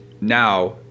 now